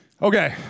Okay